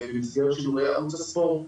במסגרת שידורי ערוץ הספורט,